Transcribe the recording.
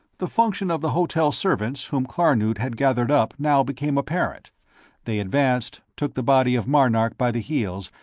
the function of the hotel servants whom klarnood had gathered up now became apparent they advanced, took the body of marnark by the heels,